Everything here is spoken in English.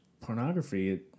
pornography